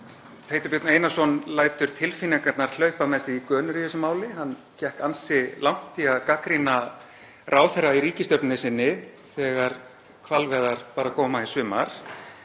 Teitur Björn Einarsson lætur tilfinningarnar hlaupa með sig í gönur í þessu máli, hann gekk ansi langt í að gagnrýna ráðherra í ríkisstjórn sinni þegar hvalveiðar bar á góma í sumar